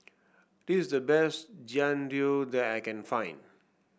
this is the best Jian Dui that I can find